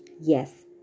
Yes